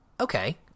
okay